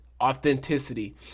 authenticity